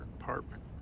apartment